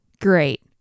great